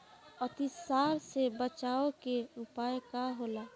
अतिसार से बचाव के उपाय का होला?